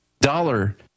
dollar